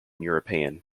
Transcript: european